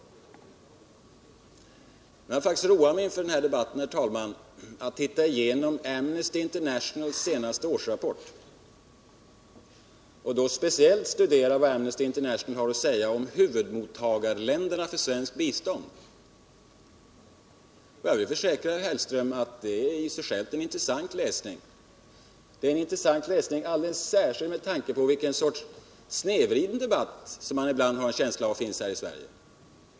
Men jag har faktiskt roat mig inför denna debatt, herr talman, med att se igenom Amnesty Internationals senaste årsbok, speciellt vad Amnesty International har att säga om huvudmottagarländerna för svenskt bistånd. Jag vill försäkra herr Hellström att det i och för sig är en intressant läsning, men alldeles särskilt med tanke på den sorts snedvridna debatt som man ibland har en känsla av att det finns här i Sverige.